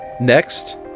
Next